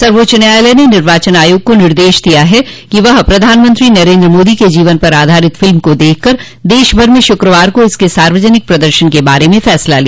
सर्वोच्च न्यायालय ने निर्वाचन आयोग को निर्देश दिया है कि वह प्रधानमंत्री नरेन्द्र मोदी के जीवन पर आधारित फिल्म को देखकर देशभर में शुक्रवार को इसके सार्वजनिक प्रदर्शन के बारे में फैसला ले